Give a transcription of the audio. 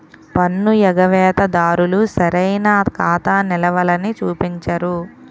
పన్ను ఎగవేత దారులు సరైన ఖాతా నిలవలని చూపించరు